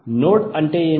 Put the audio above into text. node అంటే ఏమిటి